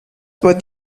what